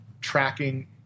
tracking